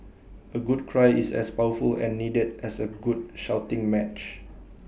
A good cry is as powerful and needed as A good shouting match